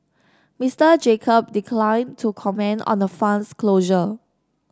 Mister Jacob declined to comment on the fund's closure